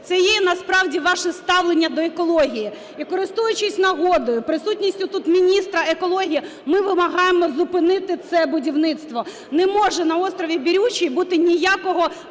Це і є насправді ваше ставлення до екології. І користуючись нагодою присутністю тут міністра екології. Ми вимагаємо зупинити це будівництва. Не може на острові Бірючий бути ніякого